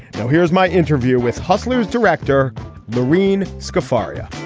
now here's my interview with hustlers director marine scott faria